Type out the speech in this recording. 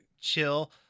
chill